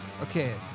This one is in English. Okay